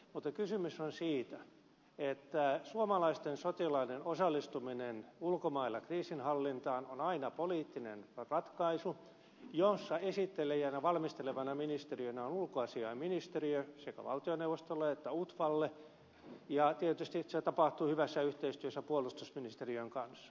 mutta kysymys on siitä että suomalaisten sotilaiden osallistuminen ulkomailla kriisinhallintaan on aina poliittinen ratkaisu jossa esittelijänä ja valmistelevana ministeriönä on ulkoasiainministeriö sekä valtioneuvostolle että utvalle ja tietysti että se tapahtuu hyvässä yhteistyössä puolustusministeriön kanssa